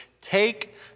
take